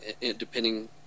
depending